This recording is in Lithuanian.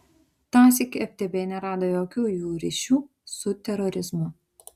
tąsyk ftb nerado jokių jų ryšių su terorizmu